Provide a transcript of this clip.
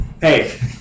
Hey